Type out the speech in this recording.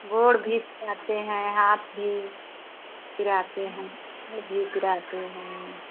गोड़ भी पिराते हैं हाथ भी पिराते हैं वह भी पिराते हैं